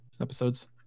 episodes